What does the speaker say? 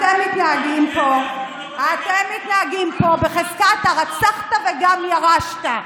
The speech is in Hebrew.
אתם מתנהגים פה בחזקת הרצחת וגם ירשת.